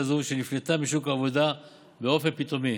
זו שנפלטה משוק העבודה באופן פתאומי